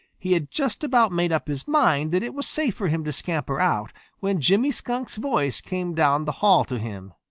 he had just about made up his mind that it was safe for him to scamper out when jimmy skunk's voice came down the hall to him.